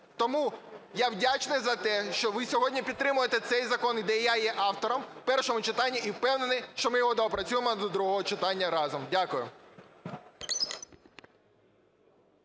Тому я вдячний за те, що ви сьогодні підтримуєте цей закон і де я є автором в першому читанні і впевнений, що ми його доопрацюємо до другого читання разом. Дякую.